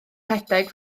rhedeg